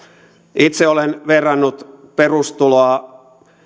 itse olen verrannut perustuloa